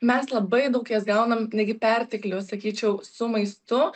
mes labai daug jas gaunam netgi perteklių sakyčiau su maistu